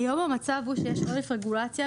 היום המצב הוא שיש עודף רגולציה,